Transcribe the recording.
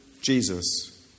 Jesus